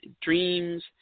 dreams